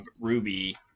Ruby